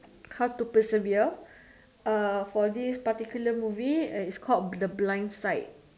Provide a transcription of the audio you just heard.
how to persevere uh for this particular movie is called the blind side